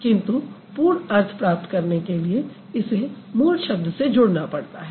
किन्तु पूर्ण अर्थ प्राप्त करने के लिए इसे मूल शब्द से जुड़ना पड़ता है